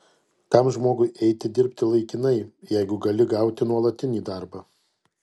kam žmogui eiti dirbti laikinai jeigu gali gauti nuolatinį darbą